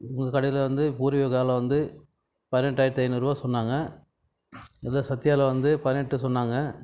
உங்கள் கடையில் வந்து பூர்விகாவில் வந்து பதினெட்டாயிரத்தி ஐந்நூறுரூவா சொன்னாங்க இதே சத்யாவில் வந்து பதினெட்டு சொன்னாங்க